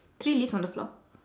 three leaves on the floor